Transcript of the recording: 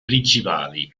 principali